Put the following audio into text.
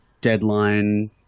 deadline